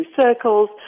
circles